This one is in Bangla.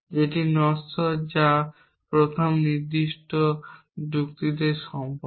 যেটি নশ্বরও যা প্রথম নির্দিষ্ট যুক্তিতে সম্ভব